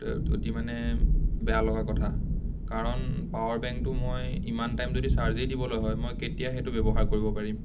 অতি মানে বেয়া লগা কথা কাৰণ পাৱাৰ বেংকটো মই ইমান টাইম যদি চাৰ্জেই দিবলৈ হয় মই কেতিয়া সেইটো ব্যৱহাৰ কৰিব পাৰিম